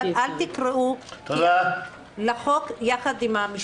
אבל אל תקראו לחוק יחד עם המשפט הזה.